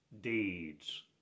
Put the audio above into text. deeds